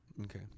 Okay